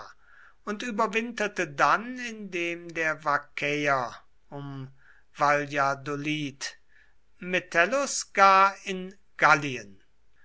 und überwinterte dann in dem der vaccäer um valladolid metellus gar in gallien